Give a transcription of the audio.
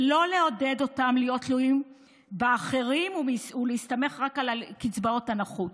ולא לעודד אותם להיות תלויים באחרים ולהסתמך רק על קצבאות הנכות.